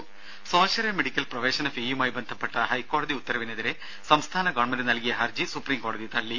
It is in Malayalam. രുമ സ്വാശ്രയ മെഡിക്കൽ പ്രവേശന ഫീയുമായി ബന്ധപ്പെട്ട ഹൈക്കോടതി ഉത്തരവിനെതിരെ സംസ്ഥാന ഗവൺമെന്റ് നൽകിയ ഹർജി സുപ്രീം കോടതി തള്ളി